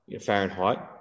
Fahrenheit